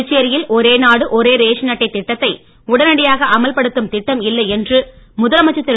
புதுச்சேரியில் ஓரே நாடு ஓரே ரேஷன் அட்டை திட்டத்தை உடனடியாக அமல்படுத்தும் திட்டம் இல்லை என்று முதலமைச்சர் திரு